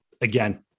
again